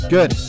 Good